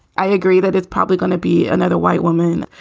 i agree that it's probably going to be another white woman.